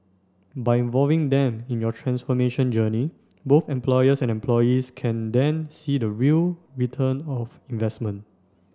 by involving them in your transformation journey both employers and employees can then see the real return of investment